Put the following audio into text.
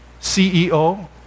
CEO